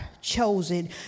chosen